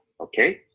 okay